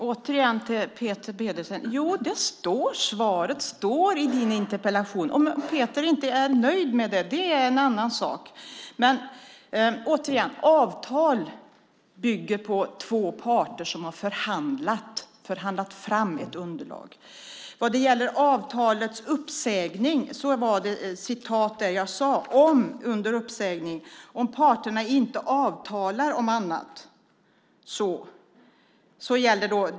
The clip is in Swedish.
Herr talman! Till Peter Pedersen vill jag säga att svaret står i din interpellation. Om Peter inte är nöjd med det är en annan sak. Avtal bygger på två parter som har förhandlat fram ett underlag. Vad gäller avtalets uppsägning så sade jag att om parterna inte avtalar om annat så gäller .